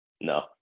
No